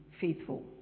faithful